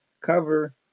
cover